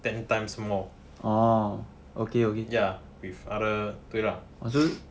ten times more ya with other 对 lah